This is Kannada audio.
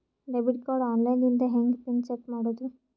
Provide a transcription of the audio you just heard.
ಡೆಬಿಟ್ ಕಾರ್ಡ್ ಆನ್ ಲೈನ್ ದಿಂದ ಹೆಂಗ್ ಪಿನ್ ಸೆಟ್ ಮಾಡೋದು?